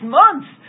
months